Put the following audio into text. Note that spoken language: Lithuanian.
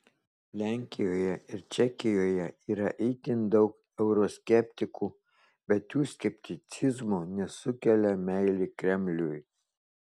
lenkijoje ir čekijoje yra itin daug euroskeptikų bet jų skepticizmo nesukelia meilė kremliui